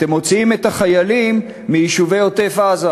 אתם מוציאים את החיילים מיישובי עוטף-עזה.